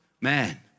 man